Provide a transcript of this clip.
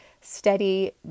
steady